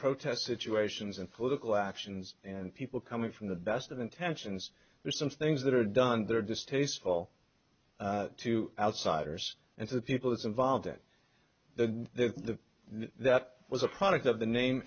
protest situations and political actions and people coming from the best of intentions there's some things that are done there distasteful to outsiders and to the people that's involved in the the that was a product of the name